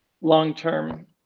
long-term